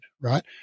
right